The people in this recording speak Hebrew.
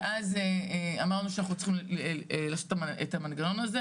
ואז אמרנו שאנחנו צריכים לעשות את המנגנון הזה,